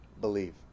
believe